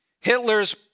Hitler's